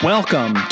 Welcome